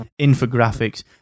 infographics